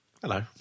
Hello